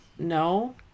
No